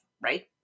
right